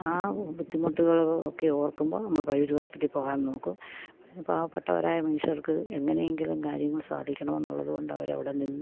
ആ ബുദ്ധിമുട്ടുകൾ ഒക്കെ ഓർക്കുമ്പോൾ നമ്മൾ പ്രൈവറ്റ് ഹോസ്പിറ്റലിൽ പോകാൻ നോക്കും പാവപ്പെട്ടവരായ മനുഷ്യർക്ക് എങ്ങനെയെങ്കിലും കാര്യങ്ങൾ സാധിക്കണം എന്നുള്ളതുകൊണ്ട് അവർ അവിടെ നിന്ന്